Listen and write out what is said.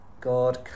God